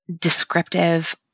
descriptive